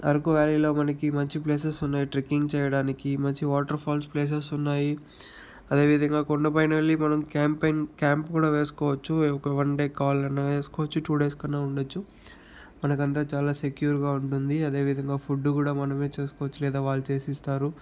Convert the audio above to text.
అరకు వ్యాలీలో మనకి మంచి ప్లేసస్ ఉన్నాయి ట్రెక్కింగ్ చేయడానికి మంచి వాటర్ఫాల్స్ ప్లేసస్ ఉన్నాయి అదేవిధంగా కొండపైన వెళ్ళి మనం క్యాంపైన్ క్యాంప్ కూడా వేసుకోవచ్చు ఒక వన్ డే కావాలన్నా వేసుకోవచ్చు టూ డేస్ కన్నా ఉండచ్చు అలాగా అంత చాలా సెక్యూర్గా ఉంటుంది అదేవిధంగా ఫుడ్ కూడా మనమే చేసుకోవచ్చు లేదా వాళ్ళు చేసి ఇస్తారు